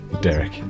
Derek